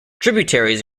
tributaries